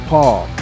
Paul